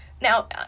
now